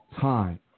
time